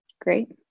great